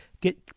get